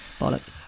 Bollocks